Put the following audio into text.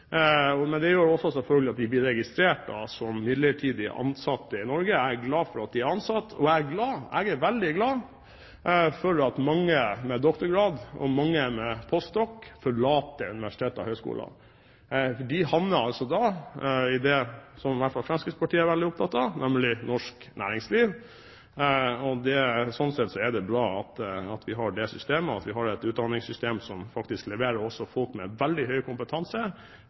Men det gjør selvfølgelig at de blir registrert som midlertidig ansatte i Norge. Jeg er glad for at de er ansatt. Jeg er også veldig glad for at mange med doktorgrad og mange post doc.-er forlater universiteter og høyskoler, for de havner i, noe som i alle fall Fremskrittspartiet er veldig opptatt av, norsk næringsliv. Sånn sett er det bra at vi har det systemet, at vi har et utdanningssystem som faktisk også leverer folk med veldig høy kompetanse